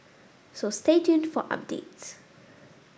so stay tuned for updates